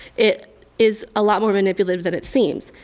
it is a lot more manipulative than it seems.